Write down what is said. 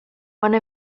one